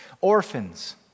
orphans